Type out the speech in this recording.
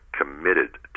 committed